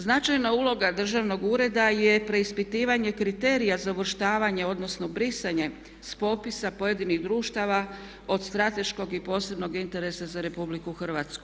Značajna uloga državnog ureda je preispitivanje kriterija za uvrštavanje odnosno brisanje s popisa pojedinih društava od strateškog i posebnog interesa za RH.